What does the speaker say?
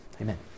Amen